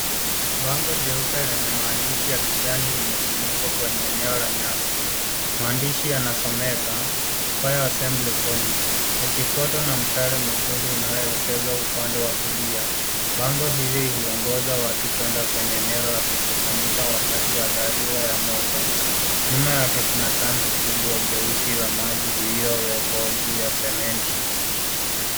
Bango jeupe lenye maandishi ya kijani limezimikwa kwenye eneo la nyasi. Maandishi yanasomeka " Fire assembly point " yakifuatwa na mshale mwekundu unaoelegezwa upande wa kulia. Bango hili huongoza watu kwenda kwenye eneo la kukusanyika wakati wa dharura ya moto. Nyuma yake kuna tanki kubwa jeusi la maji lililowekwa juu ya sementi.